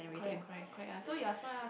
correct correct correct ah so you are smart lah